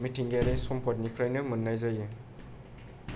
मिथिंगायारि सम्पदनिफ्रायनो मोननाय जायो